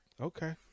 Okay